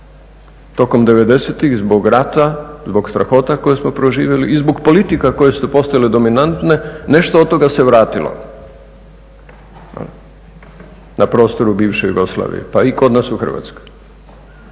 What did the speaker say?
Tokom '90.-ih zbog rata, zbog strahota koje smo proživjeli i zbog politika koje su postale dominantne, nešto od toga se vratilo na prostoru bivše Jugoslavije pa i kod nas u Hrvatskoj.